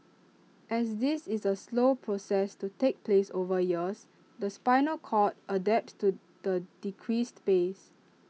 as this is A slow process to takes place over years the spinal cord adapts to the decreased space